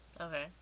Okay